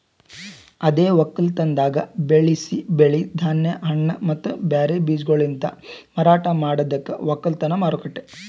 ಅದೇ ಒಕ್ಕಲತನದಾಗ್ ಬೆಳಸಿ ಬೆಳಿ, ಧಾನ್ಯ, ಹಣ್ಣ ಮತ್ತ ಬ್ಯಾರೆ ಬೀಜಗೊಳಲಿಂತ್ ಮಾರಾಟ ಮಾಡದಕ್ ಒಕ್ಕಲತನ ಮಾರುಕಟ್ಟೆ